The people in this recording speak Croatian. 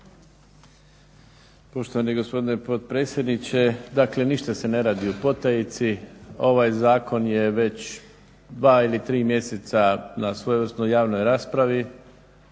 Poštovani gospodine potpredsjedniče, dakle ništa se ne radi u potajici. Ovaj zakon je već dva ili tri mjeseca na svojevrsnoj javnoj raspravi.